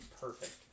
perfect